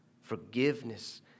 forgiveness